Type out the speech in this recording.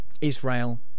Israel